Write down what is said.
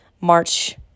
March